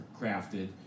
crafted